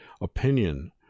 opinion